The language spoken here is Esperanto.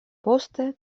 poste